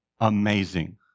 amazing